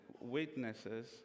witnesses